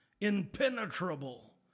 impenetrable